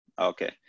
Okay